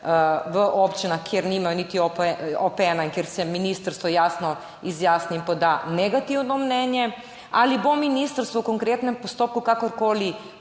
v občinah, kjer nimajo niti OP 1 in kjer se ministrstvo izjasni in poda negativno mnenje? Ali bo ministrstvo v konkretnem postopku izvedlo